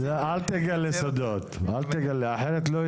אנחנו חושבים שלא מדובר במידע מהרף הנמוך של הפרטיות אלא הוא יכול